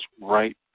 right